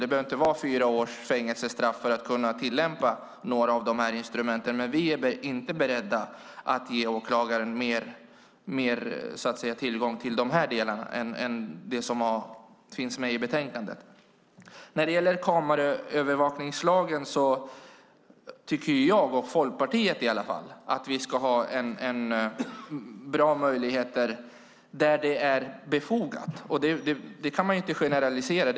Det behöver inte vara fråga om fyra års fängelsestraff för att kunna tillämpa några av instrumenten, men vi är inte beredda att ge åklagaren större tillgång i dessa delar än vad som finns med i betänkandet. När det gäller kameraövervakningslagen tycker i alla fall jag och Folkpartiet att vi ska ha bra möjligheter där det är befogat. Det kan man inte generalisera.